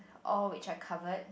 oh which I covered